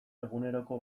eguneroko